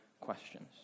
questions